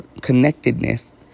connectedness